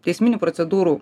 teisminių procedūrų